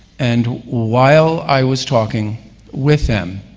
and while i was talking with them,